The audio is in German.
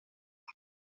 und